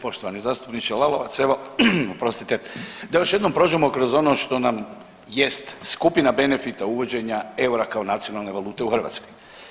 Poštovani zastupniče Lalovac, evo, oprostite, da još jednom prođemo kroz ono što nam jest skupina benefita uvođenja eura kao nacionalne valute u Hrvatskoj.